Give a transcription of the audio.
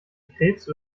krebs